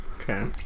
Okay